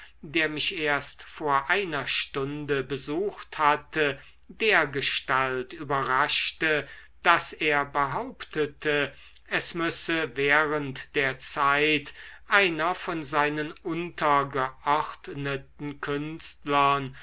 der mich erst vor einer stunde besucht hatte dergestalt überraschte daß er behauptete es müsse während der zeit einer von seinen untergeordneten künstlern